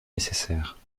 nécessaire